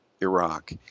Iraq